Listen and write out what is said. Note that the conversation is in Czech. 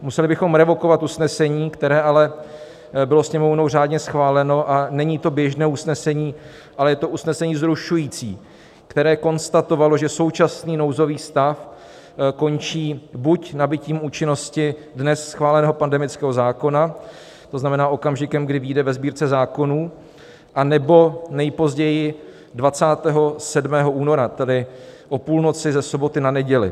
Museli bychom revokovat usnesení, které ale bylo Sněmovnou řádně schváleno, a není to běžné usnesení, ale je to usnesení zrušující, které konstatovalo, že současný nouzový stav končí buď nabytím účinnosti dnes schváleného pandemického zákona, to znamená okamžikem, kdy vyjde ve Sbírce zákonů, anebo nejpozději 27. února, tedy o půlnoci ze soboty na neděli.